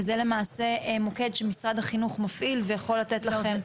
זה למעשה מוקד שמשרד החינוך מפעיל ויכול לתת לכם מענה.